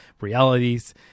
realities